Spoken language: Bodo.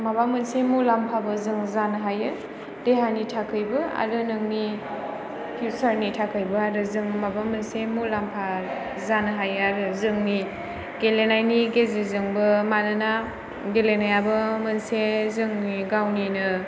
माबा मोनसे मुलाम्फाबो जों जानो हायो देहानि थाखायबो आरो नोंनि फिउसारनि थाखायबो आरो जों माबा मोनसे मुलाम्फा जानो हायो आरो जोंनि गेलेनायनि गेजेरजोंबो मानोना गेलेनायाबो मोनसे जोंनि गावनिनो